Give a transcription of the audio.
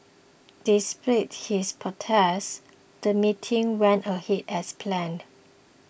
despite his protest the meeting went ahead as planned